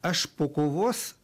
aš po kovos